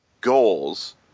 goals